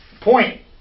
point